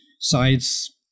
sites